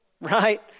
right